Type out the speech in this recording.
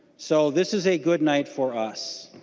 so this is a good night for us.